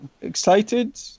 excited